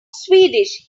swedish